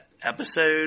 Episode